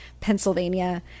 pennsylvania